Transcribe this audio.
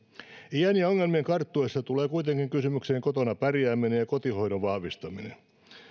iän ja ongelmien karttuessa tulee kuitenkin kysymykseen kotona pärjääminen ja kotihoidon vahvistaminen